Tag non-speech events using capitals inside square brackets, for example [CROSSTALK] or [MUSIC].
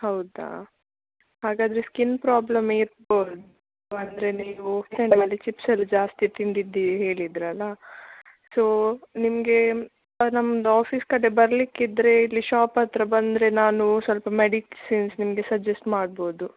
ಹೌದಾ ಹಾಗಾದರೆ skin problem ಇರ್ಬೋದು ಅಂದರೆ ನೀವು [UNINTELLIGIBLE] ಚಿಪ್ಸ್ ಎಲ್ಲ ಜಾಸ್ತಿ ತಿಂದಿದ್ದೀರಿ ಹೇಳಿದಿರಲ್ಲ ಸೋ ನಿಮಗೆ ನಮ್ದು ಆಫೀಸ್ ಕಡೆ ಬರಲಿಕ್ಕಿದ್ರೆ ಇಲ್ಲಿ ಶಾಪ್ ಹತ್ತಿರ ಬಂದರೆ ನಾನು ಸ್ವಲ್ಪ ಮೆಡಿಕ್ಷನ್ಸ್ ನಿಮಗೆ ನಾನು ಸಜೆಸ್ಟ್ ಮಾಡ್ಬೋದು